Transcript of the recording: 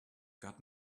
got